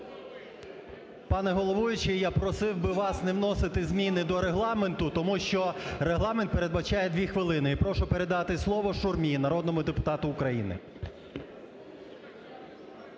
Пане головуючий, я просив би вас не вносити зміни до Регламенту, тому що Регламент передбачає дві хвилини. І прошу передати слово Шурмі, народному депутату України.